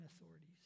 authorities